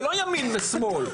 זה לא ימין ושמאל.